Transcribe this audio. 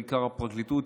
בעיקר הפרקליטות,